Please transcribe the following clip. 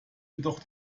jedoch